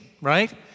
right